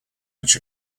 which